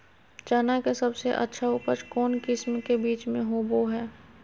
चना के सबसे अच्छा उपज कौन किस्म के बीच में होबो हय?